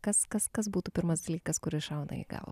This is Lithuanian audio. kas kas kas būtų pirmas dalykas kuris šauna į galvą